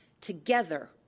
together